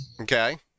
okay